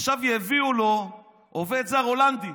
עכשיו יביאו לו עובד זר הולנדי.